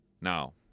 now